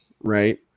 right